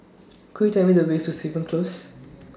Could YOU Tell Me The Way to Stevens Close